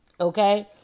okay